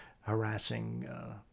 harassing